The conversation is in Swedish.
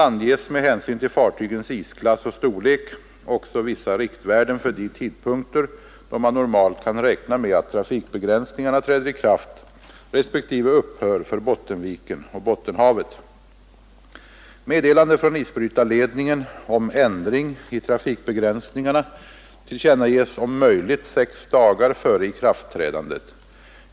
anges med hänsyn till fartygens isklass och storlek också vissa riktvärden för de tidpunkter då man normalt kan räkna med att trafikbegränsningarna träder i kraft respektive upphör för Bottenviken och Bottenhavet. Meddelande från isbrytarledningen om ändring i trafikbegränsningarna tillkännages om möjligt sex dagar före ikraftträdandet.